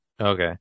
Okay